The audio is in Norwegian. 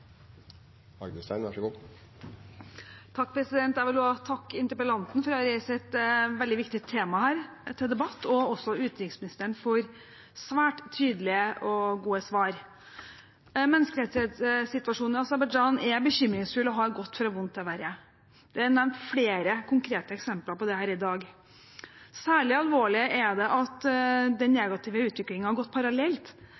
Jeg vil også takke interpellanten for å reise et veldig viktig tema til debatt, og utenriksministeren for svært tydelige og gode svar. Menneskerettighetssituasjonen i Aserbajdsjan er bekymringsfull og har gått fra vondt til verre. Flere konkrete eksempler på det er nevnt her i dag. Særlig alvorlig er det at den negative utviklingen har gått parallelt